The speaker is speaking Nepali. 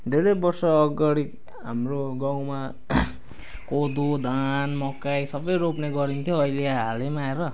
धेरै वर्ष अगाडि हाम्रो गाउँमा कोदो धान मकै सबै रोप्ने गरिन्थ्यो अहिले हालैमा आएर